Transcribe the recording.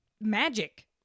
magic